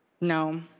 No